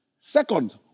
Second